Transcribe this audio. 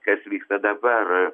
kas vyksta dabar